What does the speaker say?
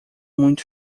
muito